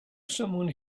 someone